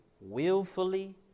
willfully